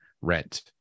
rent